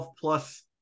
plus